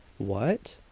what!